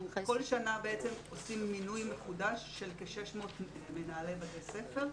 כל שנה אנחנו עושים מינוי מחודש של כ-600 מנהלי בתי ספר.